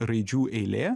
raidžių eilė